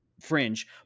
Fringe